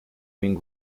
wing